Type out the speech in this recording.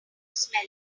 smell